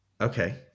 okay